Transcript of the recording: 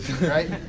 right